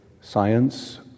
science